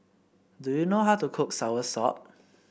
do you know how to cook soursop